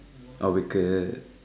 oh wicked